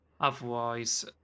Otherwise